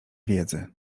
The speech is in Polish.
wiedzy